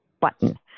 button